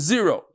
Zero